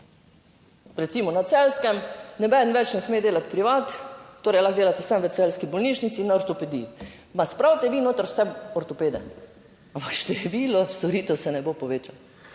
recimo na Celjskem nobeden več ne sme delati privat, torej lahko delate samo v celjski bolnišnici na ortopediji. Pa spravite vi noter vse ortopede. Ampak število storitev se ne bo povečalo.